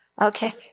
Okay